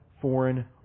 foreign